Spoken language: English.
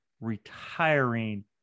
retiring